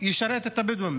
ישרת את הבדואים?